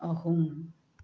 ꯑꯍꯨꯝ